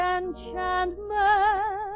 enchantment